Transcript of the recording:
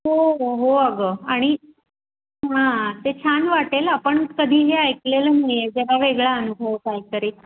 हो हो हो अगं आणि हां ते छान वाटेल आपण कधीही ऐकलेलं नाही आहे जरा वेगळा अनुभव काहीतरी